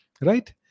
right